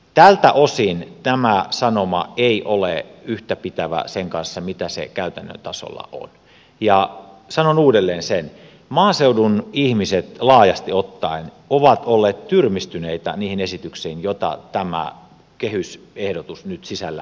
tältä osin tämä sanoma ei ole yhtäpitävä sen kanssa mitä se käytännön tasolla on ja sanon uudelleen sen että maaseudun ihmiset laajasti ottaen ovat olleet tyrmistyneitä niistä esityksistä joita tämä kehysehdotus nyt sisällään pitää